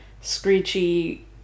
screechy